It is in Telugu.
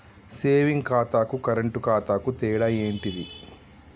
సేవింగ్ ఖాతాకు కరెంట్ ఖాతాకు తేడా ఏంటిది?